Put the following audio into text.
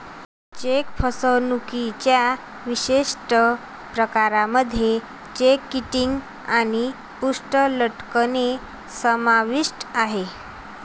check फसवणुकीच्या विशिष्ट प्रकारांमध्ये चेक किटिंग आणि पृष्ठ लटकणे समाविष्ट आहे